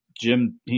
Jim